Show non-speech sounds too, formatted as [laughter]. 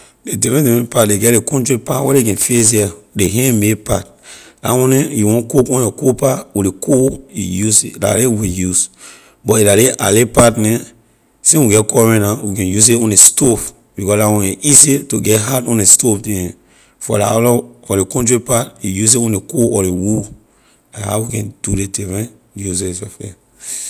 Ley different different pot ley get ley country pot where ley can fix here ley hand made pot la one neh you want cook on your coal pot with ley coal you use it la a we can use but if la ley alley pot neh since we get since we get current na we can use it on ley stove because la one a easy to get hat on ley stove than for la other for ley country pot you use it on ley coal or ley wood la how we can do ley thing [unintelligible]